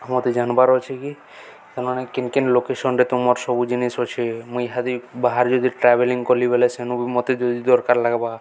ମତେ ଜାବାର୍ ଅଛେ କି ତମାନେେ କେନକନ ଲୋକେସନରେ ତୁମର ସବୁ ଜିନି ଅଛେ ମୁଇଁହାଦି ବାହହାର ଯଦି ଟ୍ରାଭେଲିଂ କଲି ବେଲେ ସେନୁ ବି ମତେ ଯଦି ଦରକାର ଲାଗବା